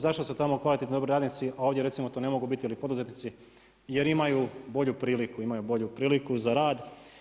Zašto su tamo kvalitetni dobri radnici, a ovdje to ne mogu biti, jer ih poduzetnici, jer imaju bolju priliku, imaju bolju priliku za rad.